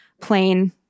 plain